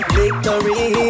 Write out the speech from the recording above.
victory